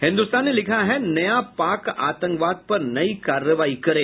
हिन्दुस्तान ने लिखा है नया पाक आतंकवाद पर नई कार्रवाई करे